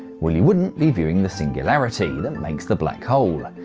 well, you wouldn't be viewing the singularity that makes the black hole,